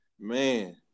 man